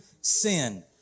sin